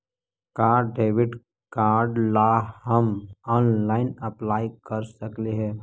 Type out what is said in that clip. का debit card ला हम ऑनलाइन अप्लाई कर सकली हे?